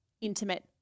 intimate